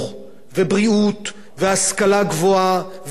השכלה גבוהה ותרבות באופן כללי,